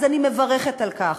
אז אני מברכת על כך.